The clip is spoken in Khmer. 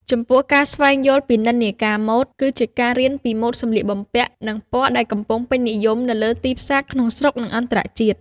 ចំពោះការស្វែងយល់ពីនិន្នាការម៉ូដ គឺជាការរៀនពីម៉ូដសម្លៀកបំពាក់ និងពណ៌ដែលកំពុងពេញនិយមនៅលើទីផ្សារក្នុងស្រុក និងអន្តរជាតិ។